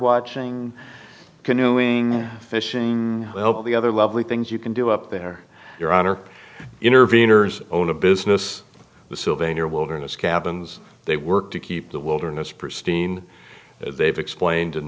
watching canoeing fishing well the other lovely things you can do up there your honor interveners own a business the sylvania wilderness cabins they work to keep the wilderness pristine they've explained in